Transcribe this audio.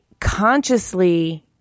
consciously